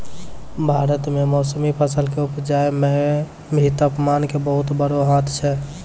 भारत मॅ मौसमी फसल कॅ उपजाय मॅ भी तामपान के बहुत बड़ो हाथ छै